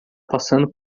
passando